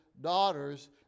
daughters